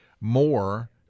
more